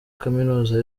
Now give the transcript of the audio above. kaminuza